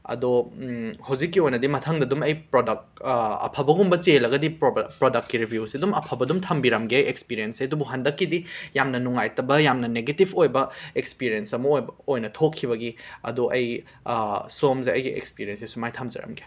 ꯑꯗꯣ ꯍꯧꯖꯤꯛꯀꯤ ꯑꯣꯏꯅꯗꯤ ꯃꯊꯪꯗ ꯑꯗꯨꯝ ꯑꯩ ꯄ꯭ꯔꯣꯗꯛ ꯑꯐꯕꯒꯨꯝꯕ ꯆꯦꯜꯂꯒꯗꯤ ꯄ꯭ꯔ ꯄ꯭ꯔꯣꯗꯛꯀꯤ ꯔꯤꯕꯤꯌꯨꯁꯦ ꯑꯗꯨꯝ ꯑꯐꯕ ꯑꯗꯨꯝ ꯊꯝꯕꯤꯔꯝꯒꯦ ꯑꯦꯛꯁꯄꯤꯔꯦꯟꯁꯁꯦ ꯑꯗꯨꯕꯨ ꯍꯟꯗꯛꯀꯤꯗꯤ ꯌꯥꯝꯅ ꯅꯨꯡꯉꯥꯏꯇꯕ ꯌꯥꯝꯅ ꯅꯦꯒꯦꯇꯤꯐ ꯑꯣꯏꯕ ꯑꯦꯛꯁꯄꯤꯔꯦꯟꯁ ꯑꯃ ꯑꯣꯏꯕ ꯑꯣꯏꯅ ꯊꯣꯛꯈꯤꯕꯒꯤ ꯑꯗꯣ ꯑꯩ ꯁꯣꯝꯁꯦ ꯑꯩꯒꯤ ꯑꯦꯛꯁꯄꯤꯔꯦꯟꯁꯦ ꯁꯨꯃꯥꯏꯅ ꯊꯝꯖꯔꯝꯒꯦ